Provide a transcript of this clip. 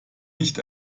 nicht